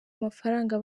mafaranga